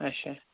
اچھا